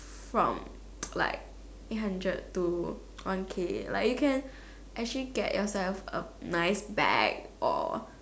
from like eight hundred to one K like you can actually get yourself a nice bag or